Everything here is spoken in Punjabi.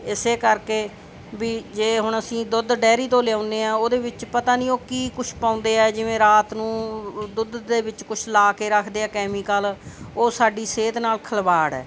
ਇਸੇ ਕਰਕੇ ਵੀ ਜੇ ਹੁਣ ਅਸੀਂ ਦੁੱਧ ਡੇਅਰੀ ਤੋਂ ਲਿਆਉਂਦੇ ਹਾਂ ਉਹਦੇ ਵਿੱਚ ਪਤਾ ਨਹੀਂ ਉਹ ਕੀ ਕੁਛ ਪਾਉਂਦੇ ਹੈ ਜਿਵੇਂ ਰਾਤ ਨੂੰ ਦੁੱਧ ਦੇ ਵਿੱਚ ਕੁਛ ਲਾ ਕੇ ਰੱਖਦੇ ਆ ਕੈਮੀਕਲ ਉਹ ਸਾਡੀ ਸਿਹਤ ਨਾਲ ਖਿਲਵਾੜ ਹੈ